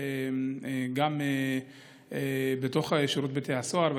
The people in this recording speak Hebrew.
גם בתוך שירות בתי הסוהר,